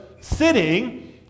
sitting